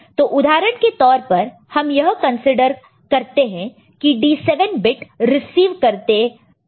तो उदाहरण के तौर पर हम यह कंसीडर करते हैं कि D7 बिट रिसीव करते हो उसमें एरर है